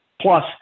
plus